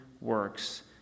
works